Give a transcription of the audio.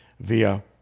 via